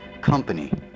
Company